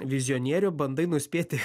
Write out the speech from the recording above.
vizionieriu bandai nuspėti